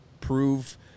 prove